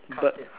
but